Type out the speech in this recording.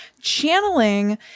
Channeling